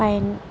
pine